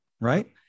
right